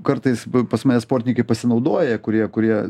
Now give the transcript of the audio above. kartais pas mane sportininkai pasinaudoja kurie kurie